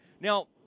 Now